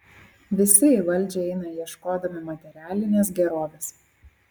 visi į valdžią eina ieškodami materialinės gerovės